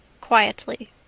quietly